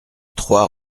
trois